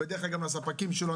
ודרך אגב הספקים שלו,